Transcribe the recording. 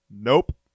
Nope